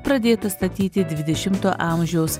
pradėtas statyti dvidešimto amžiaus